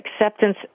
acceptance